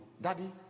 Daddy